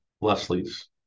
Leslie's